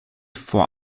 vor